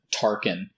Tarkin